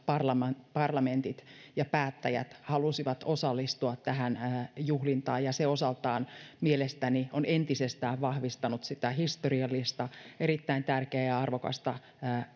parlamentit parlamentit ja päättäjät halusivat osallistua tähän juhlintaan ja se osaltaan mielestäni on entisestään vahvistanut sitä historiallista erittäin tärkeää ja arvokasta